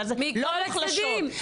מכל הצדדים.